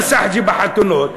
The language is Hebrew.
ילכו לסחג'ה בחתונות,